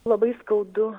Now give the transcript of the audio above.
labai skaudu